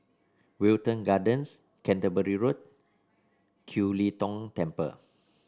Wilton Gardens Canterbury Road Kiew Lee Tong Temple